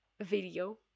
video